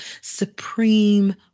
supreme